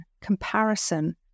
comparison